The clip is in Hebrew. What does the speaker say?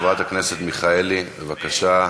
חברת הכנסת מיכאלי, בבקשה.